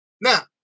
Now